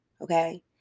okay